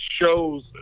shows –